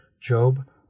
Job